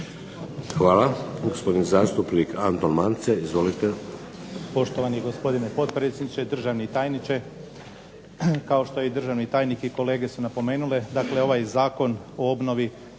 Hvala. Gospodin zastupnik Anton Mance, izvolite.